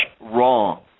Wrong